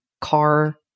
car